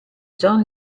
john